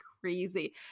crazy